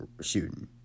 shooting